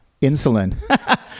Insulin